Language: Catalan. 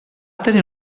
tenir